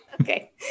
Okay